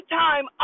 time